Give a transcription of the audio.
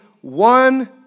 one